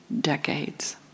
decades